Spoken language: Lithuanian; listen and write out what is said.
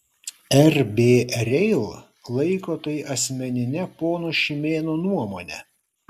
rb rail laiko tai asmenine pono šimėno nuomone